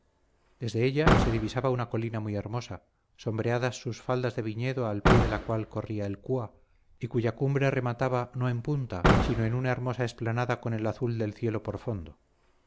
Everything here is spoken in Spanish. desde ella se divisaba una colina muy hermosa sombreadas sus faldas de viñedo al pie de la cual corría el cúa y cuya cumbre remataba no en punta sino en una hermosa explanada con el azul del cielo por fondo